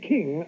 King